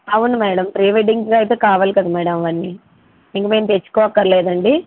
అవును madam pre వెడ్డింగ్కి అయితే కావాలి కదా మ్యాడమ్ అవన్నీ ఇంకా మేము తెచ్చుకో అక్కర్లేదా అండి